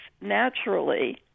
naturally